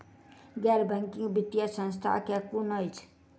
गैर बैंकिंग वित्तीय संस्था केँ कुन अछि?